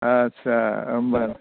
आस्सा होमब्ला